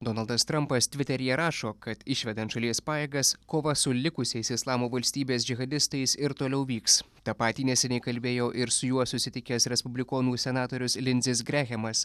donaldas trampas tviteryje rašo kad išvedant šalies pajėgas kova su likusiais islamo valstybės džihadistais ir toliau vyks tą patį neseniai kalbėjo ir su juo susitikęs respublikonų senatorius linzis grehemas